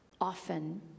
often